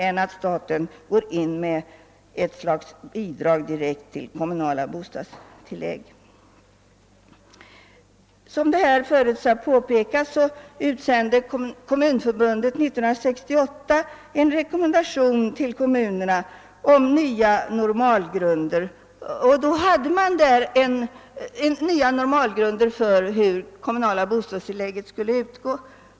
Som förut påpekats utsände Kommunförbundet 1968 en rekommendation till kommunerna om nya normalgrunder för hur det kommunala bostadstilllägget skall utgå.